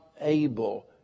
able